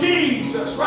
Jesus